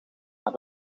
naar